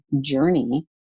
journey